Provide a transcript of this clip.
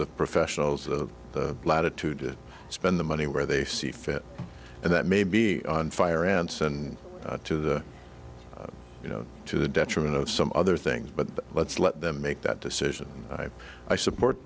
the professionals the latitude to spend the money where they see fit and that may be on fire ants and to the you know to the detriment of some other things but let's let them make that decision i